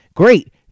Great